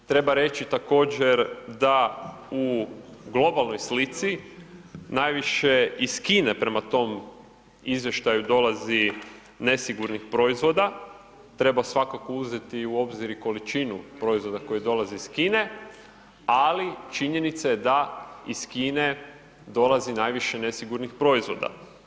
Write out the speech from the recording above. Treba reći također da u globalnoj slici, najviše iz Kine prema tom izvještaju dolazi nesigurnih proizvoda, treba svako uzeti u obzir i količinu proizvoda koje dolaze iz Kine, ali činjenica je da iz Kine dolazi najviše nesigurnih proizvoda.